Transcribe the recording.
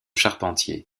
charpentier